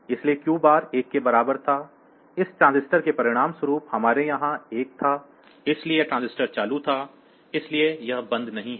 इसलिए Q bar 1 के बराबर था इस ट्रांजिस्टर के परिणामस्वरूप हमारे यहां 1 था इसलिए यह ट्रांजिस्टर चालू था इसलिए यह बंद नहीं है